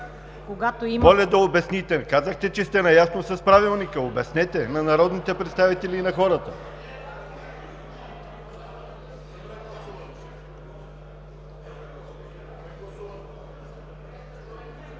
Моля да обясните – казахте, че сте наясно с Правилника. Обяснете на народните представители и на хората!